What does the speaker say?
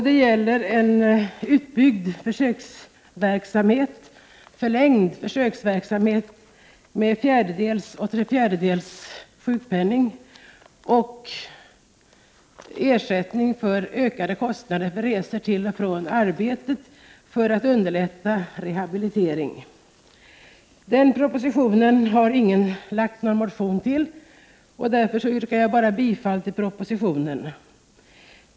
Det gäller en förlängning av försöksverksamheten med en fjärdedels och tre fjärdedels sjukpenning och ersättning för ökade kostnader för resor till och från arbetet för underlättande av rehabilitering. Ingen motion har väckts med anledning av propositionen. Jag yrkar därför bara bifall till propositionen.